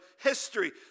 history